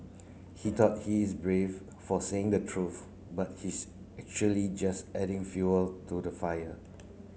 he thought he is brave for saying the truth but he's actually just adding fuel to the fire